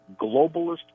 globalist